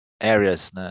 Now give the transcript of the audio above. areas